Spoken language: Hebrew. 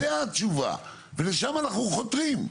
זה התשובה ולשם אנחנו חותרים,